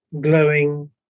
glowing